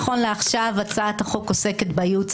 נכון לעכשיו הצעת החוק עוסקת בייעוץ